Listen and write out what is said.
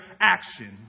action